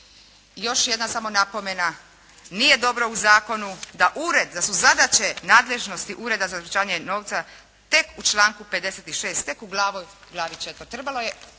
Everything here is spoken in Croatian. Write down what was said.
Još jedna samo napomena, nije dobro u zakonu da ured, da su zadaće nadležnosti Ureda za sprječavanje novca tek u članku 56., tek u Glavi IV., trebalo je